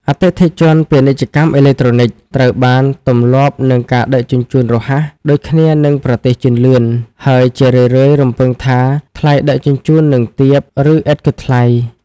អតិថិជន ពាណិជ្ជកម្មអេឡិចត្រូនិក ត្រូវបានទម្លាប់នឹងការដឹកជញ្ជូនរហ័ស (ដូចគ្នានឹងប្រទេសជឿនលឿន) ហើយជារឿយៗរំពឹងថាថ្លៃដឹកជញ្ជូននឹងទាប ឬឥតគិតថ្លៃ។